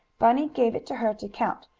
bunny gave it to her to count,